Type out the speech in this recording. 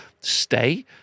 stay